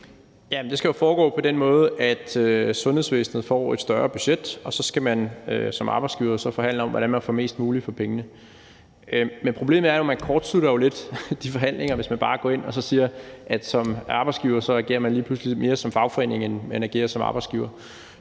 Det skal jo foregå på den måde, at sundhedsvæsenet får et større budget, og så skal man som arbejdsgiver forhandle om, hvordan man får mest muligt for pengene. Men problemet er jo, at man lidt kortslutter de forhandlinger, hvis man bare går ind som arbejdsgiver og lige pludselig agerer mere som en fagforening end som arbejdsgiver.